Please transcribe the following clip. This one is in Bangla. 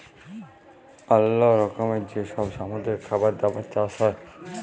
অল্লো রকমের যে সব সামুদ্রিক খাবার দাবার চাষ হ্যয়